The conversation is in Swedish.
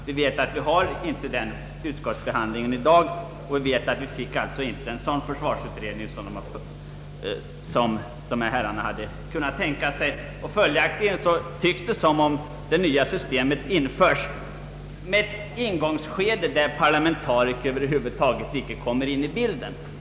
Vi har inte den utvidgade utskottsbehandlingen i dag, och vi får alltså inte heller en sådan försvarsutredning som dessa herrar kunnat tänka sig. Följaktligen tycks det som om det nya systemet införs med ett ingångsskede där parlamentariker över huvud taget icke kommer in i bilden.